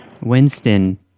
Winston